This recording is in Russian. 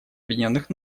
объединенных